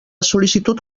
sol·licitud